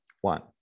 one